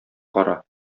кара